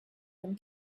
them